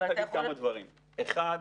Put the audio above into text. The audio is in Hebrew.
צריך להגיד כמה דברים: אחד,